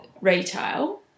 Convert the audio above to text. retail